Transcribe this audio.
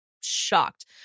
shocked